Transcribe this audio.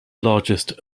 largest